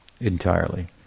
entirely